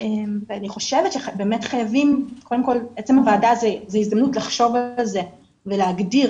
ואני חושבת שעצם הוועדה זו הזדמנות לחשוב על זה ולהגדיר,